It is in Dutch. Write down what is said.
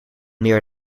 meer